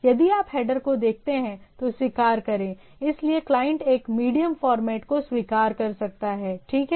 यदि आप हेडर को देखते हैं तो स्वीकार करें इसलिए क्लाइंट एक मीडियम फॉर्मेट को स्वीकार कर सकता है ठीक है